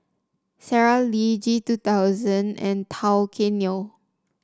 Sara Lee G two thousand and Tao Kae Noi